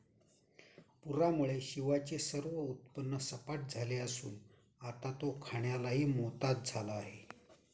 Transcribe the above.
पूरामुळे शिवाचे सर्व उत्पन्न सपाट झाले असून आता तो खाण्यालाही मोताद झाला आहे